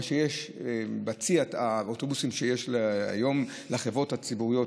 מה שיש בצי האוטובוסים שיש היום לחברות הציבוריות,